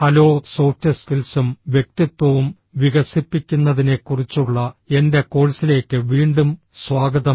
hello soft സ്കിൽസും വ്യക്തിത്വവും വികസിപ്പിക്കുന്നതിനെക്കുറിച്ചുള്ള എന്റെ കോഴ്സിലേക്ക് വീണ്ടും സ്വാഗതം